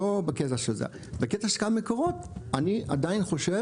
לא בקטע של זה, בקטע שגם מקורות, אני עדיין חושב